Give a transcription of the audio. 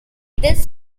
this